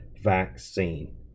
Vaccine